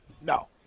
No